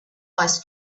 ice